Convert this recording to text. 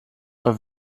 her